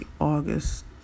August